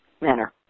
manner